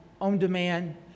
on-demand